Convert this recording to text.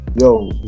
Yo